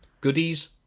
goodies